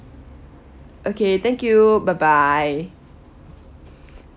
okay thank you bye bye